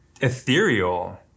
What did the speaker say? ethereal